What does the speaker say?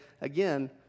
again